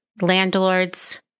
landlords